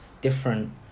different